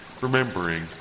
remembering